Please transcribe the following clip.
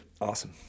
Awesome